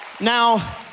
Now